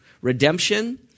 Redemption